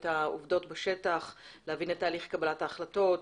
את העובדות בשטח ולהבין את תהליך קבלת ההחלטות.